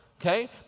okay